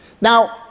Now